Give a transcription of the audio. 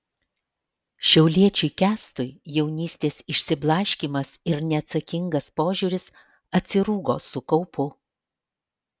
šiauliečiui kęstui jaunystės išsiblaškymas ir neatsakingas požiūris atsirūgo su kaupu